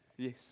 Yes